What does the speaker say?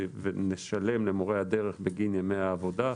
ונשלם למורי הדרך בגין ימי העבודה.